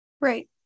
Right